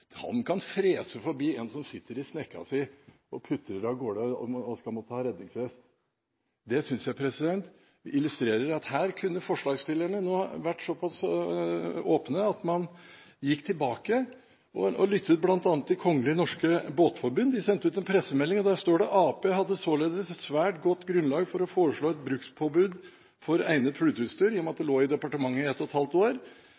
frese forbi en som sitter i snekka si og putrer av gårde og skal måtte ha redningsvest. Det synes jeg illustrerer at her kunne forslagsstillerne vært såpass åpne at de gikk tilbake og lyttet til bl.a. Kongelig Norsk Båtforbund. Båtforbundet sendte ut en pressemelding, og der står det: «AP hadde således et svært godt grunnlag for å foreslå et brukspåbud for egnet flyteutstyr.» Det lå jo i departementet i ett og et halvt år.